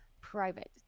private